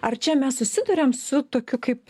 ar čia mes susiduriam su tokiu kaip